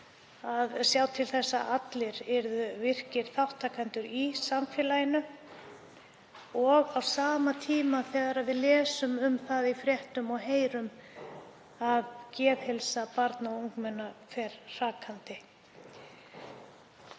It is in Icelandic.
að sjá til þess að allir yrðu virkir þátttakendur í samfélaginu á sama tíma og við lesum um það í fréttum og heyrum að geðheilsu barna og ungmenna fer hrakandi.